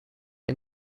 and